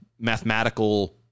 mathematical